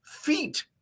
feet